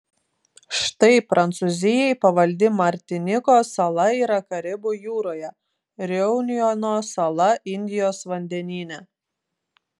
štai prancūzijai pavaldi martinikos sala yra karibų jūroje reunjono sala indijos vandenyne